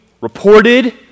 reported